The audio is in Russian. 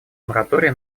моратория